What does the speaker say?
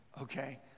Okay